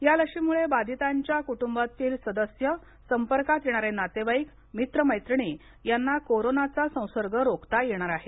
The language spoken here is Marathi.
या लशीमुळे बाधितांच्या कुटुंबातील सदस्य संपर्कात येणारे नातेवाईक मित्र मैत्रिणी यांना कोरोनाचा संसर्ग रोखता येणार आहे